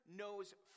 knows